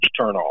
turnoff